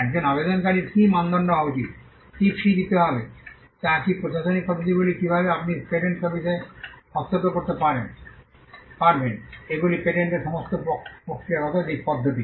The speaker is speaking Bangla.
একজন আবেদনকারীর কী মানদণ্ড হওয়া উচিত কী ফি দিতে হবে তা কী প্রশাসনিক পদ্ধতিগুলি কীভাবে আপনি পেটেন্ট অফিসে হস্তক্ষেপ করতে পারবেন এগুলি পেটেন্টের সমস্ত প্রক্রিয়াগত দিক পদ্ধতি